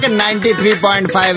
93.5